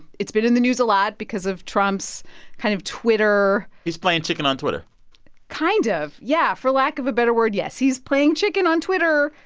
it's been in the news a lot because of trump's kind of twitter. he's playing chicken on twitter kind of, yeah. for lack of a better word, yes. he's playing chicken on twitter.